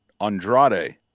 Andrade